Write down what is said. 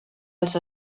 dels